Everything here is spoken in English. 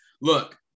look